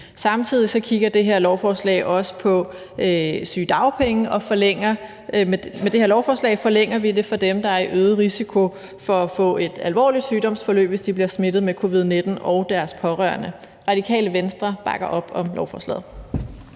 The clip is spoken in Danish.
Samtidig handler det her lovforslag også om sygedagpenge, og med lovforslaget forlænger vi det for dem, der er i øget risiko for at få et alvorligt sygdomsforløb, hvis de og deres pårørende bliver smittet med covid-19. Radikale Venstre bakker op om lovforslaget.